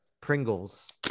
Pringles